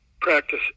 practice